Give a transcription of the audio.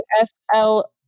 F-L-